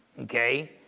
Okay